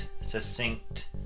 succinct